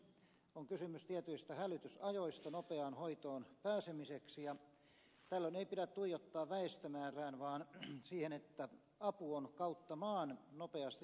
on kysymys tietyistä hälytysajoista nopeaan hoitoon pääsemiseksi ja tällöin ei pidä tuijottaa väestömäärään vaan siihen että apu on kautta maan nopeasti saatavana